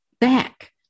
back